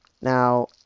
Now